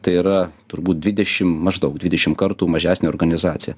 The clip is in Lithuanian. tai yra turbūt dvidešim maždaug dvidešim kartų mažesnė organizacija